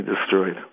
destroyed